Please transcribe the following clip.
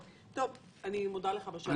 אני מודה לך בשלב הזה.